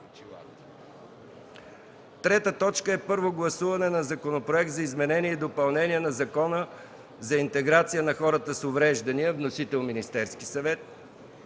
съвет. 3. Първо гласуване на Законопроекта за изменение и допълнение на Закона за интеграция на хората с увреждания Вносител – Министерският съвет.